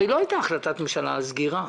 הרי לא הייתה החלטת ממשלה על סגירה.